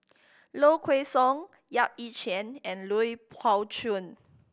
Low Kway Song Yap Ee Chian and Lui Pao Chuen